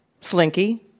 Slinky